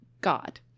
God